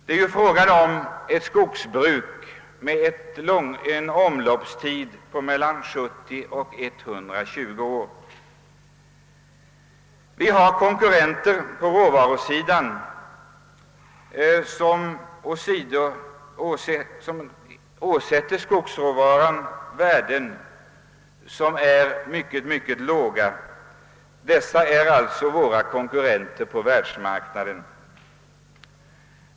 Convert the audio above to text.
Det är ju fråga om ett skogsbruk med omloppstider på mellan 70 och 120 år. Vi har konkurrenter på råvarusidan som åsätter skogsråvaran synnerligen låga värden. Dessa är alltså våra konkurrenter på världsmarknaden.